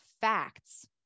facts